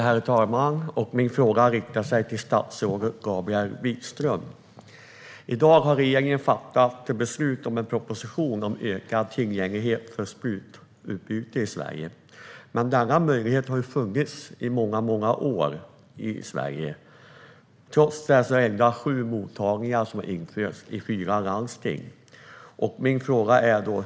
Herr talman! Min fråga riktar sig till statsrådet Gabriel Wikström. I dag har regeringen fattat beslut om att lägga fram propositionen Ökad tillgänglighet till sprututbytesverksamheter i Sverige . Men denna möjlighet har funnits i många år i Sverige. Trots det är det endast sju mottagningar som har införts i fyra landsting.